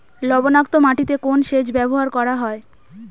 লবণাক্ত মাটিতে কোন সেচ ব্যবহার করা হয়?